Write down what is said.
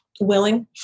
Willing